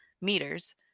meters